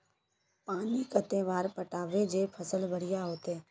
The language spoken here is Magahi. पानी कते बार पटाबे जे फसल बढ़िया होते?